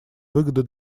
выгоды